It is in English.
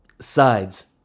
sides